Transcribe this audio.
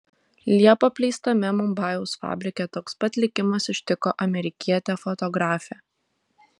liepą apleistame mumbajaus fabrike toks pat likimas ištiko amerikietę fotografę